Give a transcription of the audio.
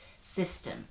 system